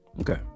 Okay